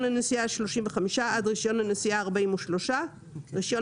הנסיעה העשרים ושמונה ועד רישיון הנסיעה השלושים וארבעה רישיון